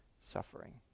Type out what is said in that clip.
suffering